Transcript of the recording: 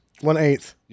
One-eighth